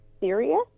serious